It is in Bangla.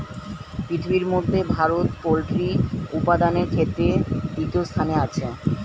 পৃথিবীর মধ্যে ভারত পোল্ট্রি উপাদানের ক্ষেত্রে তৃতীয় স্থানে আছে